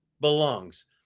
belongs